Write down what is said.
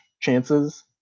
chances